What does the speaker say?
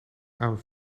aan